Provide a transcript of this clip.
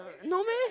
no meh